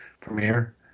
premiere